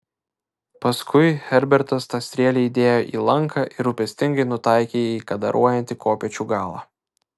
paskui herbertas tą strėlę įdėjo į lanką ir rūpestingai nutaikė į kadaruojantį kopėčių galą